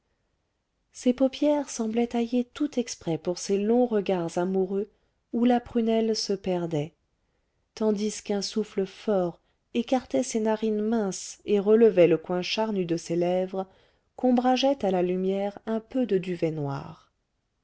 ses paupières semblaient taillées tout exprès pour ses longs regards amoureux où la prunelle se perdait tandis qu'un souffle fort écartait ses narines minces et relevait le coin charnu de ses lèvres qu'ombrageait à la lumière un peu de duvet noir